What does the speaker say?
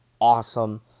awesome